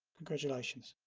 congratulations